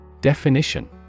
Definition